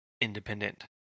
independent